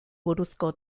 buruzko